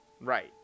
Right